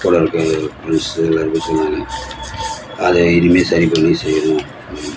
அது இனிமேல் சரி பண்ணி செய்யணும்